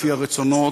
לפי הרצונות,